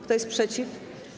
Kto jest przeciw?